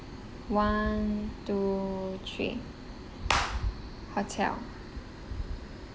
one two three hotel